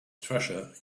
treasure